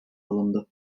alındı